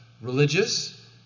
religious